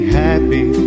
happy